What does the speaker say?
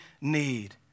need